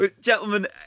Gentlemen